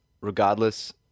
Regardless